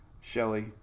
Shelly